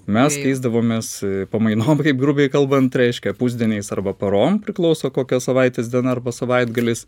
mes keisdavomės pamainom kaip grubiai kalbant reiškia pusdieniais arba porom priklauso kokia savaitės diena arba savaitgalis